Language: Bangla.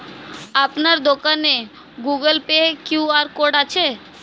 আপনার দোকানে গুগোল পে কিউ.আর কোড আছে?